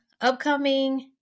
upcoming